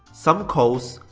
some calls,